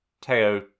Teo